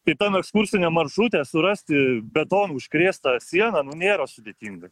tai tam ekskursiniam maršrute surasti betonu užkrėstą sieną nu nėra sudėtinga